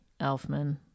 Elfman